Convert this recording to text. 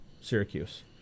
Syracuse